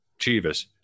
Chivas